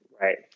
Right